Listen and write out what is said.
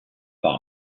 par